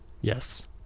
Yes